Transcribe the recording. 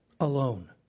Alone